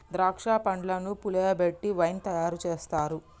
ద్రాక్ష పండ్లను పులియబెట్టి వైన్ తయారు చేస్తారు